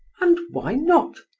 and why not?